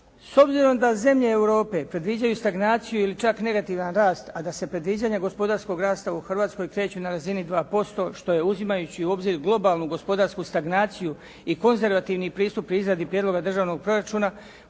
S obzirom da zemlje Europe predviđaju stagnaciju ili čak negativan rast, a da se predviđanja gospodarskog rasta u Hrvatskoj kreću na razini 2% što je uzimajući u obzir globalnu gospodarsku stagnaciju i konzervativni pristup pri izradi prijedloga državnog proračuna